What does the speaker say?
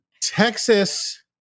Texas